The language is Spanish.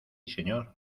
señor